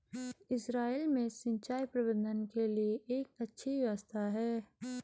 Israel में सिंचाई प्रबंधन के लिए एक अच्छी व्यवस्था है